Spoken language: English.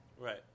Right